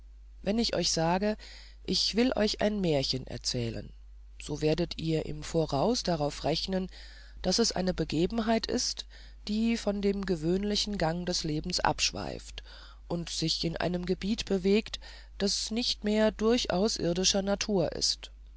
wenn ich euch sage ich will euch ein märchen erzählen so werdet ihr zum voraus darauf rechnen daß es eine begebenheit ist die von dem gewöhnlichen gang des lebens abschweift und sich in einem gebiet bewegt das nicht mehr durchaus irdischer natur ist